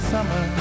summer